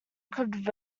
could